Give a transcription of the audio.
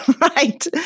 right